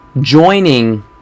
joining